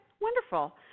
Wonderful